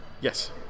Yes